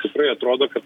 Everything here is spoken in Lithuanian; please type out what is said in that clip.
tikrai atrodo kad